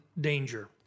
danger